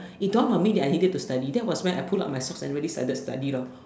it dawned on me that I needed to study that was when I pull up my socks and really started study lor